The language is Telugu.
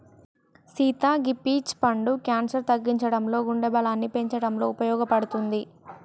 సీత గీ పీచ్ పండు క్యాన్సర్ తగ్గించడంలో గుండె బలాన్ని పెంచటంలో ఉపయోపడుతది